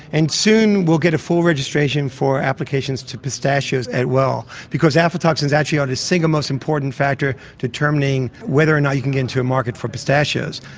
and soon we'll get a full registration for applications to pistachios as well, because aflatoxins actually are the single most important factor determining whether or not you can get into a market for pistachios.